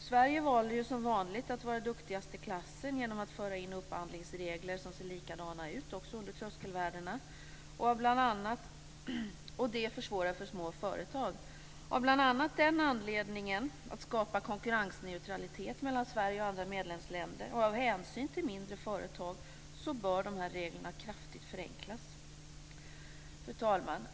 Sverige valde ju som vanligt att vara duktigast i klassen genom att föra in upphandlingsregler som ser likadana ut också under tröskelvärdena, och det försvårar för små företag. Av bl.a. den anledningen, att skapa konkurrensneutralitet mellan Sverige och andra medlemsländer och av hänsyn till mindre företag, bör dessa regler kraftigt förenklas. Fru talman!